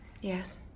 yes